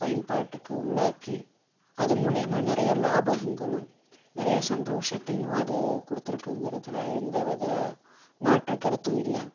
பயன்பாட்டுக்கு உள்ளாக்கி அது மூலிம்மா நிறைய லாபங்களும் நிறைய சந்தோசத்தையும் அது கொடுத்துருக்குங்கறதுல எந்த வித மாற்று கருத்தும் இல்லை